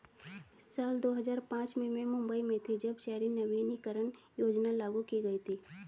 साल दो हज़ार पांच में मैं मुम्बई में थी, जब शहरी नवीकरणीय योजना लागू की गई थी